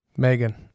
Megan